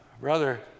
Brother